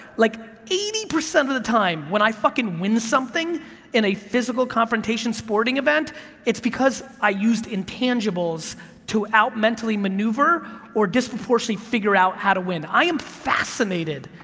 like eighty percent of the time when i fucking win something in a physical confrontation sporting event it's because i used intangibles to mentally outmaneuver or disproportionately figure out how to win. i am fascinated,